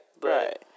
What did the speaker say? Right